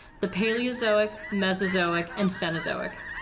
the paleozoic, mesozoic and cenozoic.